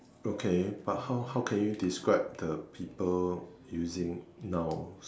okay but how how can you describe the people using nouns